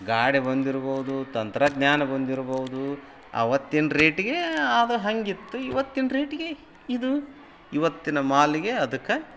ಗಾಡಿ ಬಂದಿರ್ಬೋದು ತಂತ್ರಜ್ಞಾನ ಬಂದಿರ್ಬೌದು ಅವತ್ತಿನ ರೇಟಿಗೆ ಅದು ಹಾಗಿತ್ತು ಇವತ್ತಿನ ರೇಟಿಗೆ ಇದು ಇವತ್ತಿನ ಮಾಲಿಗೆ ಅದಕ್ಕೆ